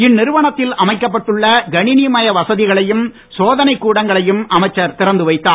இந்நிறுவனத்தில் அமைக்கப்பட்டுள்ள கணிணிமய வசதிகளையும் சோதனைக் கூடங்களையும் அமைச்சர் திறந்து வைத்தார்